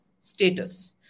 status